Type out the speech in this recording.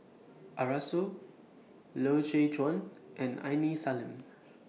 Arasu Loy Chye Chuan and Aini Salim